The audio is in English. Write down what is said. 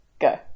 go